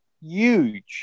huge